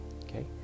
Okay